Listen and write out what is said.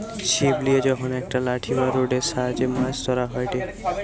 ছিপ লিয়ে যখন একটা লাঠি বা রোডের সাহায্যে মাছ ধরা হয়টে